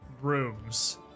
rooms